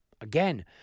Again